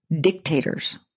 dictators